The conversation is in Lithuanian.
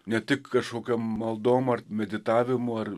ne tik kažkokiom maldom ar meditavimu ar